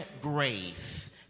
grace